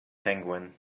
penguin